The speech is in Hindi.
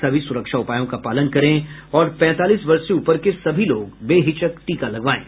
सभी सुरक्षा उपायों का पालन करें और पैंतालीस वर्ष से ऊपर के सभी लोग बेहिचक टीका लगवाएं